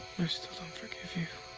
i still don't forgive you.